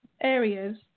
areas